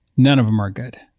none of them are good,